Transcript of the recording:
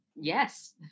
Yes